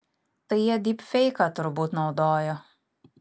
tai jie dypfeiką turbūt naudojo